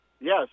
Yes